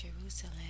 Jerusalem